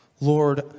Lord